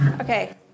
Okay